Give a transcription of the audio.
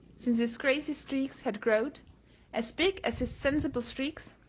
since his crazy streaks had growed as big as his sensible streaks,